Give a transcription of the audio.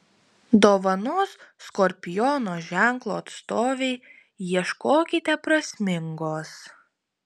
dovanos skorpiono ženklo atstovei ieškokite prasmingos